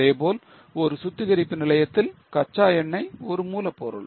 அதேபோல் ஒரு சுத்திகரிப்பு நிலையத்தில் கச்சா எண்ணெய் ஒரு மூலப்பொருள்